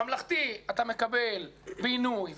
בממלכתי אתה מקבל בינוי,